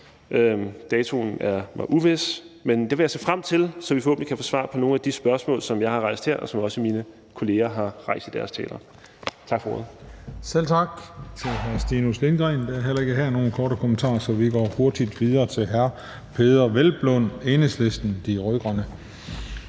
datoen er mig uvis, men det vil jeg se frem til, så vi forhåbentlig kan få svar på nogle af de spørgsmål, som jeg har rejst her, og som også mine kolleger har rejst i deres taler. Tak for ordet. Kl. 14:55 Den fg. formand (Christian Juhl): Selv tak til hr. Stinus Lindgreen. Der er heller ikke her nogen korte bemærkninger, så vi går hurtigt videre til hr. Peder Hvelplund, Enhedslisten – De Rød-Grønne.